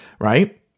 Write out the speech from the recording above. right